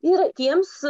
ir tiems